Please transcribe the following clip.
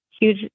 huge